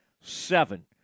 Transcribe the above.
seven